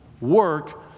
Work